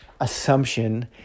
assumption